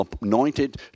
anointed